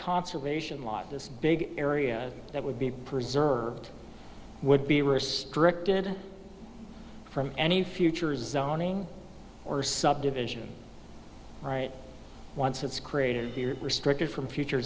conservation law this big area that would be preserved would be restricted from any future is a zoning or subdivision right once it's created you're restricted from future